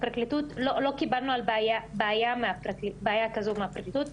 הפרקליטות לא קיבלנו על בעייה כזאת מהפרקליטות.